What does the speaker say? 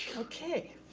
okay,